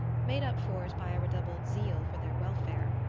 made up for it by a redoubled zeal for their welfare.